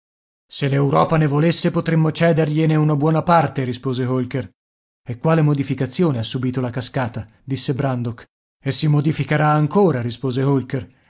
se l'europa ne volesse potremmo cedergliene una buona parte rispose holker e quale modificazione ha subita la cascata disse brandok e si modificherà ancora rispose holker